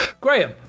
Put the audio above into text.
graham